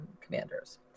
commanders